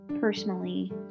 personally